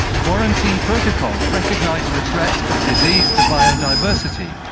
quarantine protocols recognise the threat of disease to biodiversity.